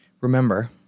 remember